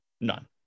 None